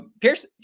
Pierce